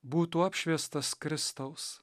būtų apšviestas kristaus